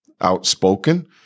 outspoken